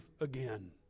again